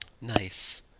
Nice